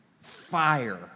fire